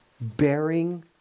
bearing